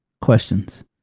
Questions